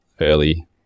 early